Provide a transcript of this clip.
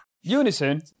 unison